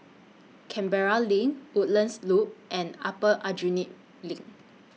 Canberra LINK Woodlands Loop and Upper Aljunied LINK